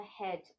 ahead